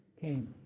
came